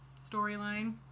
storyline